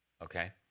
Okay